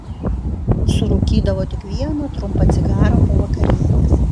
surūkydavo tik vieną trumpą cigarą po vakarienės